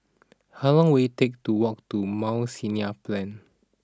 how long will it take to walk to Mount Sinai Plain